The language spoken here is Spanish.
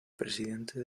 presidente